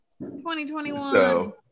2021